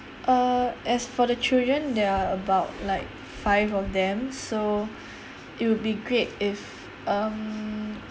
err as for the children there are about like five of them so it would be great if um